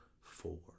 four